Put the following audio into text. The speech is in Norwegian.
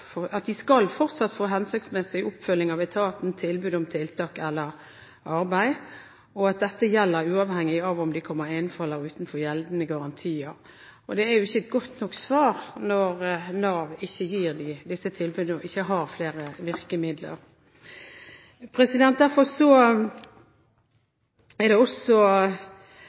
at dette gjelder uavhengig av om de kommer innenfor eller utenfor gjeldende garantier. Det er jo ikke et godt nok svar, når Nav ikke gir dem disse tilbudene, og ikke har flere virkemidler. Derfor er det også